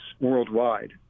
worldwide